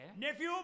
Nephew